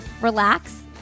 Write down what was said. relax